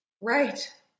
Right